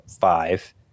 five